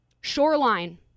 Shoreline